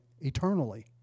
eternally